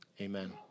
amen